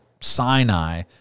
Sinai